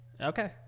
Okay